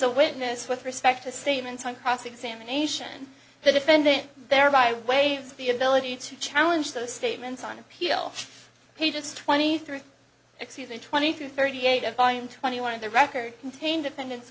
a witness with respect to statements on cross examination the defendant thereby waive the ability to challenge those statements on appeal he just twenty three excuse me twenty three thirty eight of volume twenty one of the record contained defend